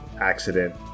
accident